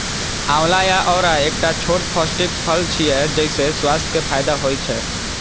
आंवला या औरा एकटा छोट पौष्टिक फल छियै, जइसे स्वास्थ्य के फायदा होइ छै